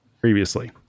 previously